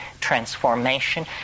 transformation